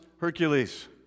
Hercules